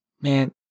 Man